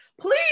Please